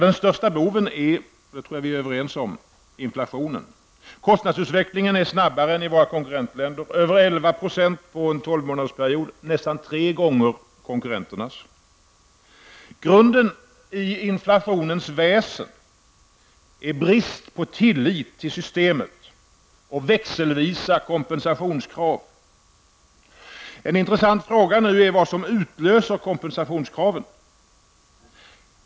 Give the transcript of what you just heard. Den största boven är, vilket jag tror att vi är överens om, inflationen. Kostnadsutvecklingen är snabbare än i våra konkurrentländer, över 11 % under en tolvmånadersperiod, vilket är nästan tre gånger snabbare än konkurrenternas. Grunden i inflationens väsen är brist på tillit till systemet och växelvisa kompensationskrav. En intressant fråga nu är vad som utlöser kompensationskraven.